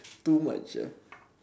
too much ah